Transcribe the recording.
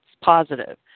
positive